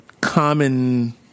common